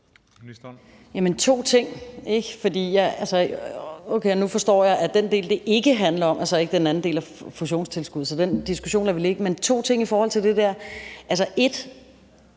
okay, nu forstår jeg det, altså den del, det ikke handler om, er den anden del af fusionstilskuddet, så den diskussion lader vi ligge. Men to ting i forhold til det der: I den